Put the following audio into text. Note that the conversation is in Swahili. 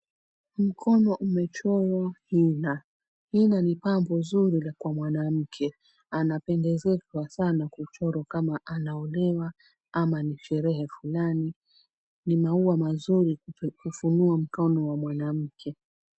Mkono umechorwa hina. Hina ni pambo zuri kwa mwanamke. Anapendezeshwa sana kuchorwa kama anaolewa ama ni sherehe fulani. Ni maua mazuri kufunua mkono wa mwanamke.